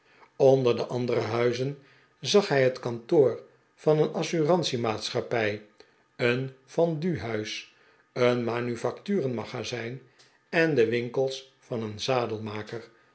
onder de andere huizen zag hij het kantoor van een assurantiemaatschappij een venduhuis een manufacturen magazijn en de winkels van een